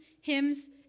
hymns